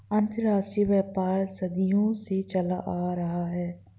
अंतरराष्ट्रीय व्यापार सदियों से चला आ रहा है